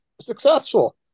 successful